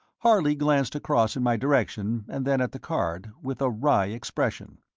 harley glanced across in my direction and then at the card, with a wry expression.